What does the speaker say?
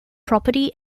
property